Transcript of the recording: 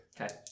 Okay